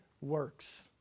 works